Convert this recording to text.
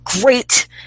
great